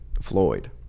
Floyd